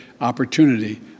opportunity